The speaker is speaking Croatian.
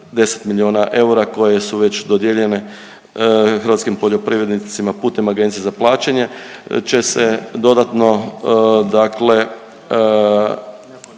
10 milijuna eura koje su već dodijeljene hrvatskim poljoprivrednicima putem Agencije za plaćanje će se dodatno